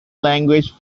language